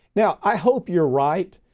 now i hope you're right,